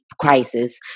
crisis